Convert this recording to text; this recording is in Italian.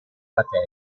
vatel